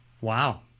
Wow